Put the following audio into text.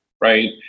right